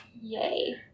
Yay